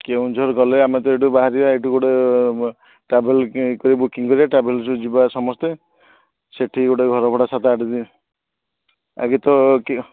କେଉଁଝର ଗଲେ ଆମେ ତ ଏଇଠୁ ବାହାରିବା ଏଇଠୁ ଗୋଟେ ଟ୍ରାଭେଲ୍ ବୁକିଙ୍ଗ୍ କରିବା ଟ୍ରାଭେଲ୍ରେ ଯିବା ସମସ୍ତେ ସେଇଠି ଗୋଟେ ଘର ଭଡା ସତ ଆଠ ଦିନ ଏବେ ତ